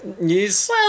news